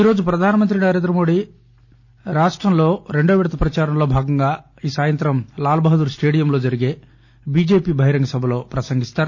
ఈరోజు ప్రధానమంత్రి నరేంద్రమోడీ రాష్టంలో రెండవ విడత ప్రదారంలో భాగంగా ఈ సాయంత్రం లాల్బహదూర్ స్టేడియంలో జరిగే బిజెపి బహిరంగ సభలో ప్రసంగిస్తారు